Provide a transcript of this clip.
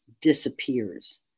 disappears